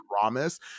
promise